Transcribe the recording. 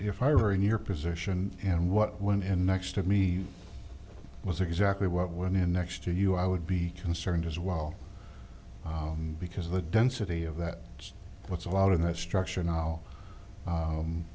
if i were in your position and what went in next to me was exactly what went in next to you i would be concerned as well because the density of that what's a lot of that structure now